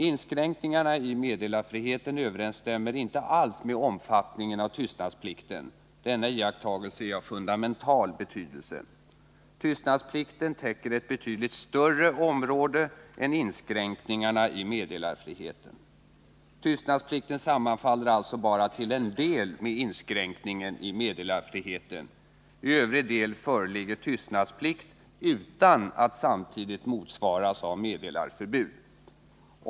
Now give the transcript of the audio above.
Inskränkningarna i meddelarfriheten överensstämmer inte alls med omfattningen av tystnadsplikten — denna iakttagelse är av fundamental betydelse. Tystnadsplikten täcker ett betydligt större område än inskränkningarna i meddelarfriheten. Tystnadsplikten sammanfaller alltså bara till en del med inskränkningen i meddelarfriheten. I övrig del föreligger tystnadsplikt utan att samtidigt motsvaras av meddelarförbud.